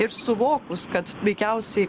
ir suvokus kad veikiausiai